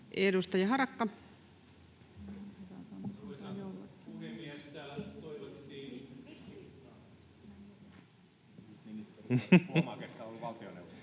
Edustaja Harakka.